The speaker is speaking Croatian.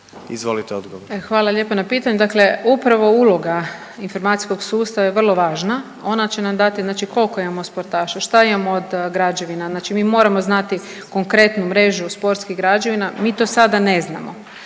Nikolina (HDZ)** Hvala lijepa na pitanju. Dakle upravo uloga informacijskog sustava je vrlo važna, ona će nam dati znači koliko imamo sportaša, šta imamo od građevina, znači mi moramo znati konkretnu mrežu sportskih građevina. Mi to sada ne znamo